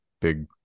big